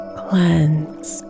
cleanse